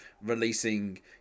releasing